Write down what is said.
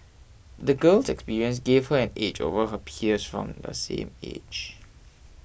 the girl's experiences gave her an edge over her peers from the same age